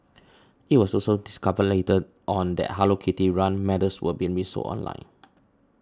it was also discovered later on that Hello Kitty run medals were being resold online